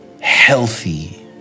healthy